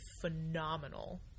phenomenal